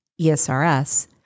ESRS